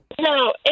No